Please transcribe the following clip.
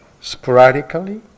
sporadically